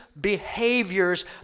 behaviors